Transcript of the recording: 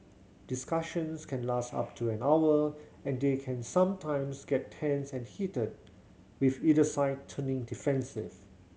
discussions can last up to an hour and they can sometimes get tense and heated with either side turning defensive